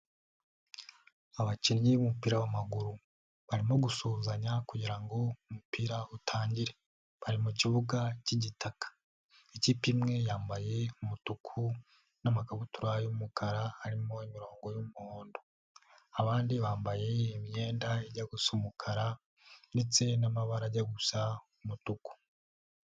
Abakinnyi b'umupira w'amaguru, barimo gusuhuzanya kugirango umupira utangire, bari mu kibuga cy'igitaka, ikipe imwe yambaye umutuku n'amakabutura y'umukara arimo imirongo y'umuhondo, abandi bambaye imyenda ijya gusa umukara ndetse n'amabara ajya gusa umutuku.